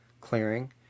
clearing